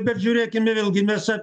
bet žiūrėkime vėlgi mes čia